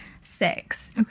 six